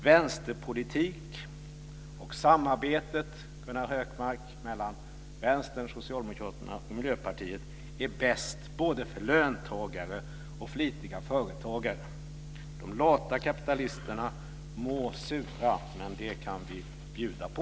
Vänsterpolitik och samarbetet, Gunnar Hökmark, mellan Vänstern, Socialdemokraterna och Miljöpartiet är bäst både för löntagare och för flitiga företagare. De lata kapitalisterna må sura, men det kan vi bjuda på.